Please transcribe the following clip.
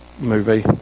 movie